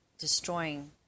destroying